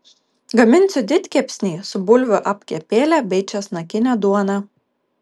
gaminsiu didkepsnį su bulvių apkepėle bei česnakine duona